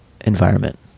environment